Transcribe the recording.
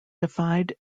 defied